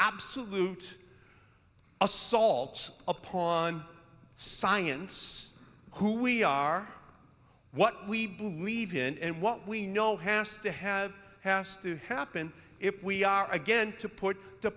absolute assaults upon science who we are what we believe in and what we know has to had passed to happen if we are again to put the